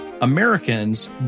Americans